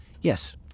yes